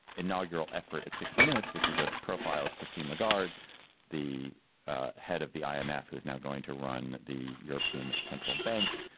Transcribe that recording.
inaugural effort at sixty minutes which is a profile of christine legarde the head of the um imf who is now going to run the european central bank.